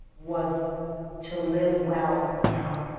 was to live well now.